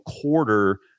quarter